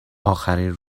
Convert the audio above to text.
اخرین